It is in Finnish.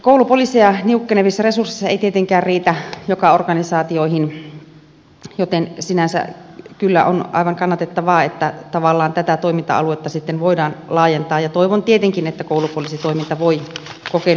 koulupoliiseja niukkenevissa resursseissa ei tietenkään riitä joka organisaatioon joten sinänsä kyllä on aivan kannatettavaa että tavallaan tätä toiminta aluetta sitten voidaan laajentaa ja toivon tietenkin että koulupoliisitoiminta voi kokeiluna jatkua